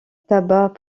tabac